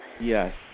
Yes